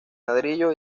ladrillo